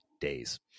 days